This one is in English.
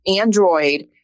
Android